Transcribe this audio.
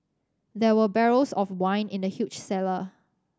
there were barrels of wine in the huge cellar